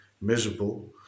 miserable